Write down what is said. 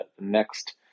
next